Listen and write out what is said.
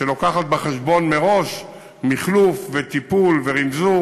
שמביאה בחשבון מראש מחלוף וטיפול ורִמזור